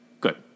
Good